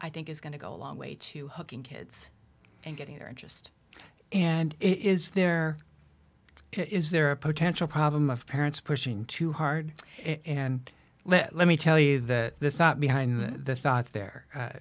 i think is going to go a long way to hooking kids and getting their interest and is there is there a potential problem of parents pushing too hard and let me tell you that the thought behind the thought